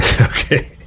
Okay